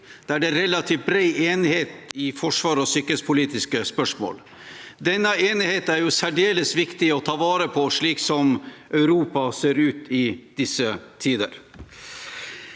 det er relativt bred enighet i forsvars- og sikkerhetspolitiske spørsmål. Denne enigheten er det særdeles viktig å ta vare på slik som Europa ser ut i disse tider.